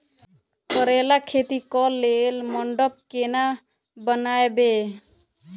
करेला खेती कऽ लेल मंडप केना बनैबे?